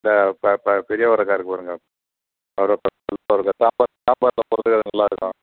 இந்த ப ப பெரிய அவரக்காய் இருக்குது பாருங்கள் அவரை சாப்பாடு சாப்பாட்டில் போடுறதுக்கு அது நல்லாயிருக்கும்